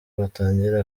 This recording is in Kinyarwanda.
batangira